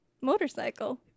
Motorcycle